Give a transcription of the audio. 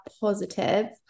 positive